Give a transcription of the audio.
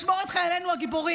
השם ישמור את חיילינו הגיבורים,